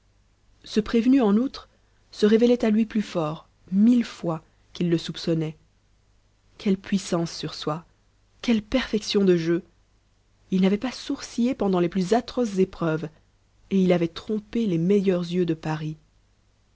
ce prévenu en outre se révélait à lui plus fort mille fois qu'il le soupçonnait quelle puissance sur soi quelle perfection de jeu il n'avait pas sourcillé pendant les plus atroces épreuves et il avait trompé les meilleurs yeux de paris